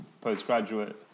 postgraduate